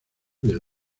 del